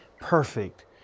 perfect